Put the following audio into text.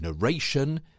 narration